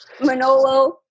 Manolo